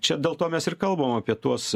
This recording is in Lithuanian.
čia dėl to mes ir kalbam apie tuos